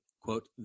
quote